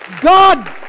God